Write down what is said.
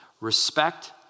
Respect